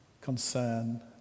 concern